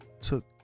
took